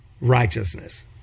righteousness